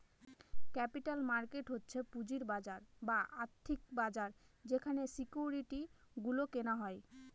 capital market হচ্ছে পুঁজির বাজার বা আর্থিক বাজার যেখানে সিকিউরিটি গুলো কেনা হয়